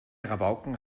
rabauken